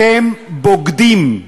אתם בוגדים,